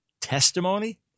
testimony